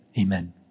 Amen